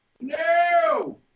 No